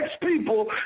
people